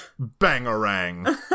Bangarang